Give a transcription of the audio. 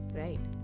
right